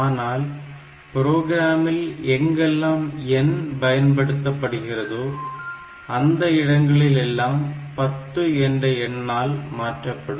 ஆனால் புரோகிராமில் எங்கெல்லாம் N பயன்படுத்தப்படுகிறதோ அந்த இடங்களில் எல்லாம் 10 என்ற எண்ணால் மாற்றப்படும்